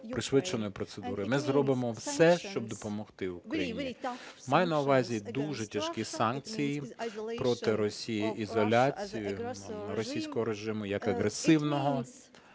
пришвидшеною процедурою. Ми зробимо все, щоб допомогти Україні. Маю на увазі дуже тяжкі санкції проти Росії, ізоляцію російського режиму як агресивного,